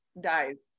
dies